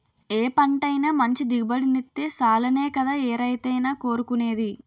ఏ పంటైనా మంచి దిగుబడినిత్తే సాలనే కదా ఏ రైతైనా కోరుకునేది?